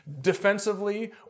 Defensively